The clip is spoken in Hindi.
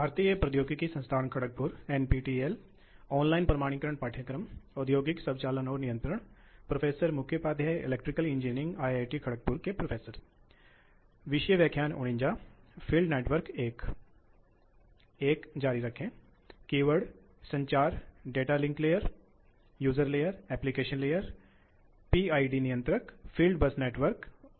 चर गति ड्राइव के साथ ऊर्जा बचत क्रमशः कीवर्ड्सऊर्जा गति ड्राइव दबाव अंतर अश्व शक्ति की आवश्यकता फैन वक्र नियंत्रण लोड विशेषता